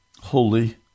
holy